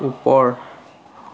ওপৰ